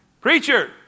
Preacher